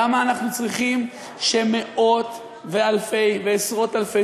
למה אנחנו צריכים שמאות ואלפי ועשרות-אלפי